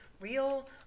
real